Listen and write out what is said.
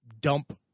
dump